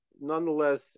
nonetheless